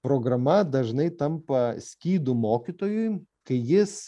programa dažnai tampa skydu mokytojui kai jis